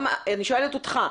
אני שואלת אותך,